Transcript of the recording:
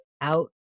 out